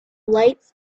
lights